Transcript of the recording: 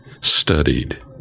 studied